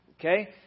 Okay